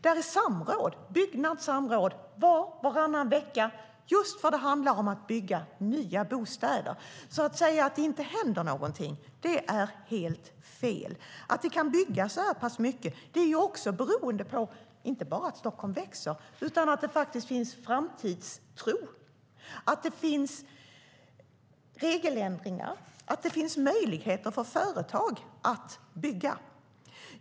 Där är det byggsamråd var och varannan vecka, just för att det handlar om att bygga nya bostäder. Så att säga att det inte händer någonting är helt fel. Att vi kan bygga så här pass mycket beror inte bara på att Stockholm växer utan också på att det finns framtidstro, att det gjorts regeländringar och att det finns möjligheter för företag att bygga.